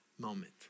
moment